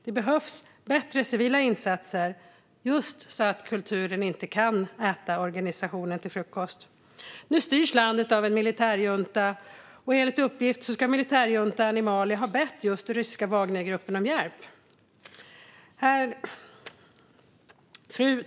Det behövs bättre civila insatser, just så att kulturen inte kan äta organisationer till frukost. Nu styrs landet av en militärjunta, och enligt uppgift ska militärjuntan i Mali ha bett ryska Wagnergruppen om hjälp.